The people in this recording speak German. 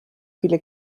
viele